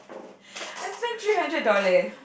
I spent three hundred dollars